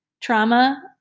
trauma